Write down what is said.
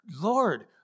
Lord